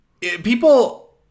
people